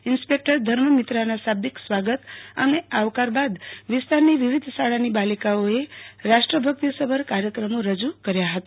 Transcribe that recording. inspector ધર્મ મિત્રાના શાબ્દિક સ્વાગત અને આવકાર બાદ વિસ્તારની વિવિધ શાળાની બાલિકાઓએ રાષ્ટ્રભક્તિસભર કાર્યક્રમો રજૂ કર્યા હતા